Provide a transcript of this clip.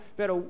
Pero